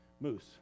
Moose